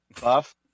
buff